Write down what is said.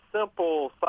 simple